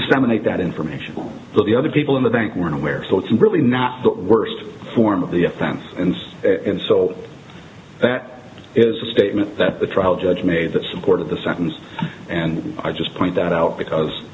disseminate that information to the other people in the bank were aware so it's really not the worst form of the offense and and so that is a statement that the trial judge made that supported the sentence and i just point that out because